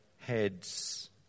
heads